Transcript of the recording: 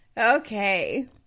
Okay